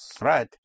Right